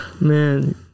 man